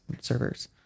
servers